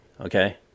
okay